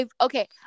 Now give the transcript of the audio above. Okay